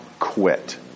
quit